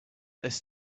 this